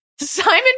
Simon